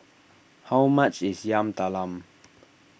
how much is Yam Talam